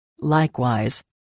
Likewise